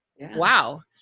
wow